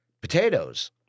potatoes